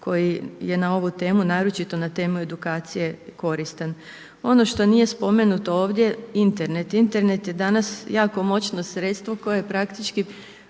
koji je na ovu temu naročito na temu edukacije koristan. Ono što nije spomenuto ovdje Internet. Internet je danas jako močno sredstvo koje praktički